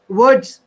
words